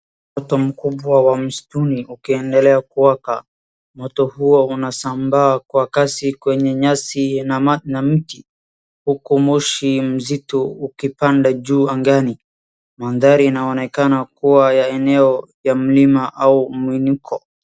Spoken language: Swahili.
Moto mkubwa wa msituni ukiendelea kuwaka. Moto huo unasambaa kwa kasi kwenye nyasi na na mti huku moshi mzito ukipanda juu angani. Mandhari inaonekana kuwa ya eneo la mlima au mwinuko.